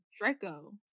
Draco